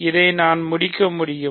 இதை நாம் முடிக்க முடியும்